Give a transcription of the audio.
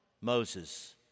Moses